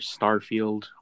Starfield